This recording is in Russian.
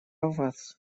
вас